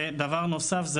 ודבר נוסף,